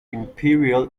imperial